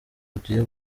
ugiye